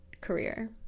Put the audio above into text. career